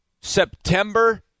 September